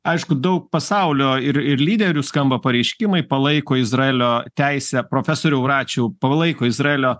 aišku daug pasaulio ir ir lyderių skamba pareiškimai palaiko izraelio teisę profesoriau račiau palaiko izraelio